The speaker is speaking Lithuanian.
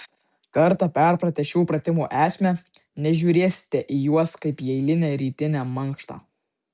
kartą perpratę šių pratimų esmę nežiūrėsite į juos kaip į eilinę rytinę mankštą